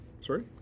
Sorry